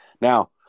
now